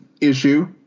issue